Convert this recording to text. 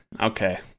Okay